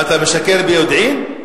מה, אתה משקר ביודעין?